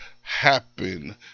happen